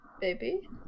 baby